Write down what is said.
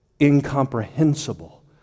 incomprehensible